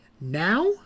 now